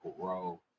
grow